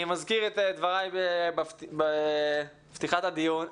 אני מזכיר את דבריי בפתיחת הדיון.